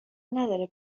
نداره